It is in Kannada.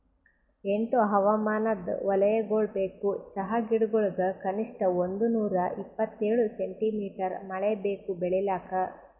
ಎಂಟು ಹವಾಮಾನದ್ ವಲಯಗೊಳ್ ಬೇಕು ಚಹಾ ಗಿಡಗೊಳಿಗ್ ಕನಿಷ್ಠ ಒಂದುನೂರ ಇಪ್ಪತ್ತೇಳು ಸೆಂಟಿಮೀಟರ್ ಮಳೆ ಬೇಕು ಬೆಳಿಲಾಕ್